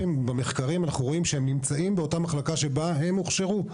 במחקרים אנחנו רואים שעוזרי רופאים נמצאים באותה מחלקה שבה הם הוכשרו.